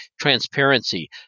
transparency